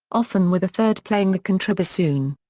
often with a third playing the contrabassoon.